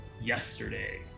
Yesterday